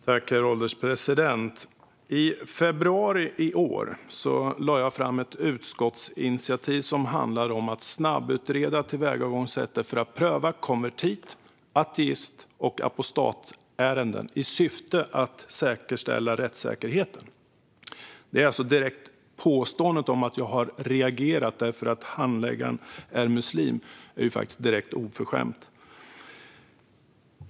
Herr ålderspresident! I februari i år lade jag fram ett utskottsinitiativ som handlade om att snabbutreda tillvägagångssättet för att pröva konvertit, ateist och apostatärenden i syfte att säkerställa rättssäkerheten. Påståendet om att jag har reagerat därför att handläggaren är muslim är faktiskt direkt oförskämt.